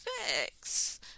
fix